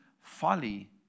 Folly